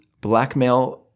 blackmail